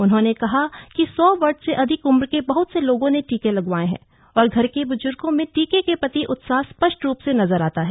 उन्होंने कहा कि सौ वर्ष से अधिक उम्र के बह्त से लोगों ने टीके लगवाये हैं और घर के बुजुर्गो में टीके के प्रति उत्साह स्पष्ट रूप से नजर आता है